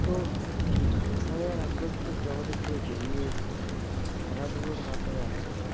তো ফোনের আগ্রস্ত জগতের থেকে বেরিয়ে এসে খেলাধুলোর মাধ্যমে আসতে হবে